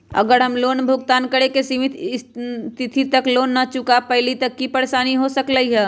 अगर हम लोन भुगतान करे के सिमित तिथि तक लोन न चुका पईली त की की परेशानी हो सकलई ह?